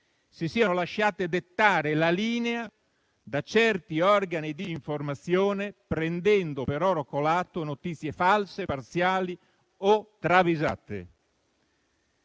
si siano lasciate dettare la linea da certi organi di informazione, prendendo per oro colato notizie false, parziali o travisate,